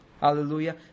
Hallelujah